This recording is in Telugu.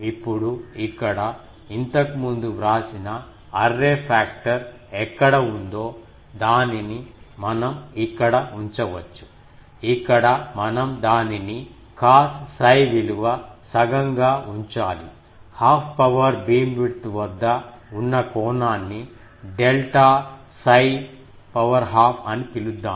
ఇప్పుడు ఇక్కడ ఇంతకుముందు వ్రాసిన అర్రే పాక్టర్ ఎక్కడ ఉందో దానిని మనం ఇక్కడ ఉంచవచ్చు ఇక్కడ మనం దానిని కాస్ 𝜓 విలువ సగం గా ఉంచాలి హాఫ్ పవర్ బీమ్విడ్త్ వద్ద ఉన్న కోణాన్ని డెల్టా 𝜓 ½ అని పిలుద్దాం